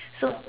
so